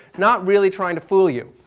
not really trying to fool you,